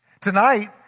Tonight